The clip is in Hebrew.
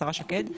השרה שקד,